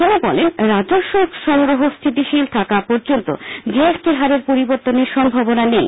তিনি বলেন রাজস্ব সংগ্রহ স্থিতিশীল থাকা পর্যন্ত জি এস টি হারের পরিবর্তনের সম্ভাবনা নেই